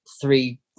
three